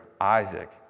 Isaac